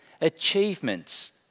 achievements